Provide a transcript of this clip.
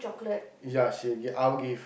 ya she g~ I'll give